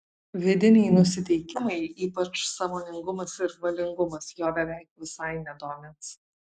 vidiniai nusiteikimai ypač sąmoningumas ir valingumas jo beveik visai nedomins